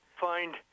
find